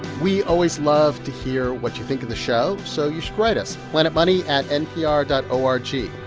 we always love to hear what you think of the show, so you should write us planetmoney at npr dot o r g.